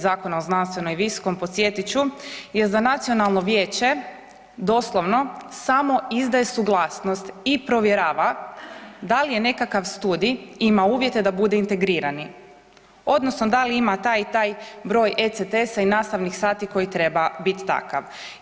Zakona o znanstvenom i viskom podsjetit ću je za nacionalno vijeće samo izdaje suglasnost i provjerava da li je nekakav studij ima uvjete da bude integrirani odnosno da li ima taj i taj broj ECTS-a i nastavnih sati koji treba biti takav.